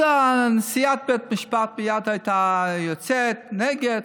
אז נשיאת בית המשפט מייד הייתה יוצאת נגד,